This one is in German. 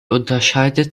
unterscheidet